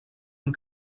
amb